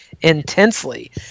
intensely